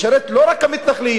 משרתת לא רק את המתנחלים,